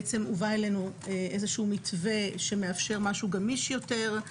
בעצם הובא אלינו איזשהו מתווה שמאפשר משהו גמיש יותר.